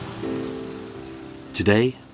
Today